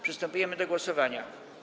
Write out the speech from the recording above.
Przystępujemy do głosowania.